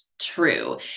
true